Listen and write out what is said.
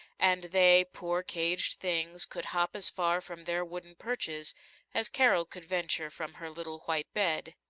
and they, poor caged things, could hop as far from their wooden perches as carol could venture from her little white bed.